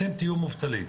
אתם תהיו מובטלים,